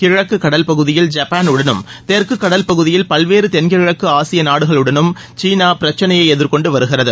கிழக்கு கடல்பகுதியில் ஜப்பானுடனும் தெற்கு கடல்பகுதியில் பல்வேறு தென்கிழக்கு ஆசிய நாடுகளுடனும் சீனா பிரச்சினையை எதிர்கொண்டு வருகிறது